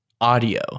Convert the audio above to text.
audio